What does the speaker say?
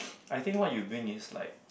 I think what you bring is like